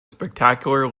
spectacular